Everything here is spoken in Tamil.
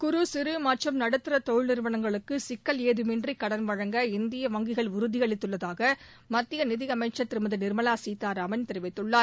குறு சிறு மற்றும் நடுத்தர தொழில் நிறுவனங்களுக்கு சிக்கல் ஏதுமின்றி கடன் வழங்க இந்திய வங்கிகள் உறுதியளித்துள்ளதாக மத்திய நிதியமைச்சள் திருமதி நிா்மலா சீதாராமன் தெரிவித்துள்ளார்